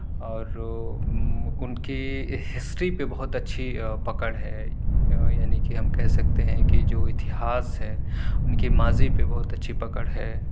اور ان کی ہسٹری پہ بہت اچھی پکڑ ہے یعنی کہ ہم کہہ سکتے ہیں کہ جو اتہاس ہے ان کی ماضی پہ بہت اچھی پکڑ ہے